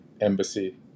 embassy